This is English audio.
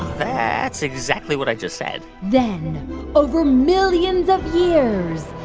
that's exactly what i just said then over millions of years,